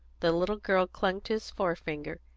the little girl clung to his forefinger,